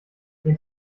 den